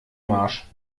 marsch